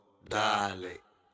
dale